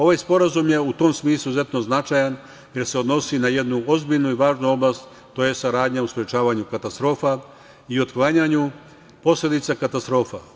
Ovaj sporazum je u tom smislu izuzetno značajan jer se odnosi na jednu ozbiljnu i važnu oblast, to je saradnja u sprečavanju katastrofa i otklanjanju posledica katastrofa.